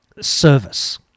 service